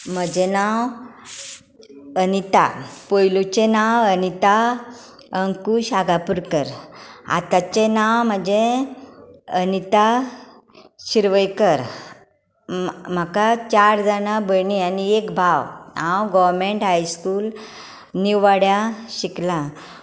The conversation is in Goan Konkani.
म्हजें नांव अनिता पयलीचें नांव अनिता अंकूश आगापूरकर आतांचें नांव म्हजें अनिता शिरवयकर मा म्हाका चार जाणा भयणी आनी एक भाव हांव गोवमँट हाय स्कूल नीववाड्या शिकलां